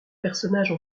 personnages